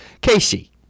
casey